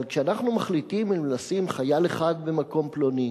אבל כשאנחנו מחליטים אם להציב חייל אחד במקום פלוני,